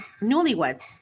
newlyweds